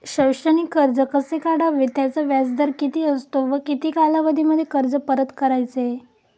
शैक्षणिक कर्ज कसे काढावे? त्याचा व्याजदर किती असतो व किती कालावधीमध्ये कर्ज परत करायचे?